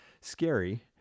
scary